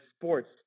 sports